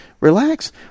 relax